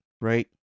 right